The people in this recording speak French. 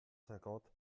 cinquante